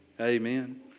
Amen